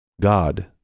God